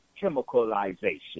chemicalization